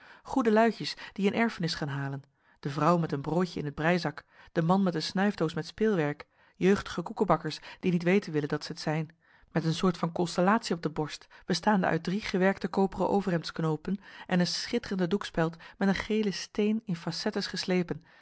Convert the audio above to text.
goede luidjes die een erfenis gaan halen de vrouw met een broodje in den breizak de man met een snuifdoos met speelwerk jeugdige koekebakkers die niet weten willen dat zij t zijn met een soort van constellatie op de borst bestaande uit drie gewerkte koperen overhemdsknoopen en een schitterende doekspeld met een gelen steen à facettes geslepen